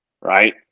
Right